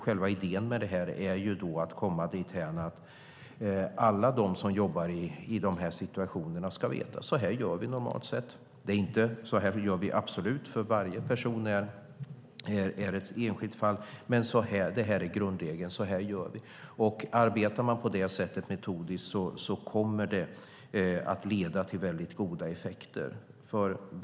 Själva idén med detta är att komma dithän att alla de som jobbar i de här situationerna ska veta att så här gör vi normalt sett, inte att vi gör det i varje enskilt fall, utan grundregeln är att så här gör vi. Arbetar man på det sättet metodiskt kommer det att få väldigt goda effekter.